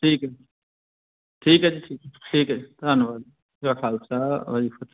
ਠੀਕ ਹੈ ਜੀ ਠੀਕ ਹੈ ਜੀ ਠੀਕ ਹੈ ਠੀਕ ਹੈ ਜੀ ਧੰਨਵਾਦ ਜੀ ਵਾਹਿਗੁਰੂ ਕਾ ਖਾਲਸਾ ਵਾਹਿਗੁਰੂ ਜੀ ਕੀ ਫਤਿਹ